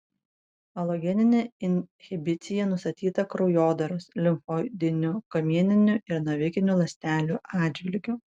alogeninė inhibicija nustatyta kraujodaros limfoidinių kamieninių ir navikinių ląstelių atžvilgiu